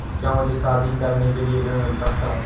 क्या मुझे शादी करने के लिए ऋण मिल सकता है?